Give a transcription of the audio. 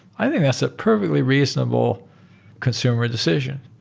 i think that's a perfectly reasonable consumer decision.